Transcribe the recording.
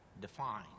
define